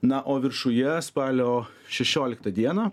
na o viršuje spalio šešioliktą dieną